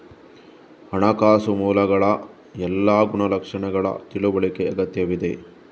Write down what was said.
ಹಣಕಾಸು ಮೂಲಗಳ ಎಲ್ಲಾ ಗುಣಲಕ್ಷಣಗಳ ತಿಳುವಳಿಕೆ ಅಗತ್ಯವಿದೆ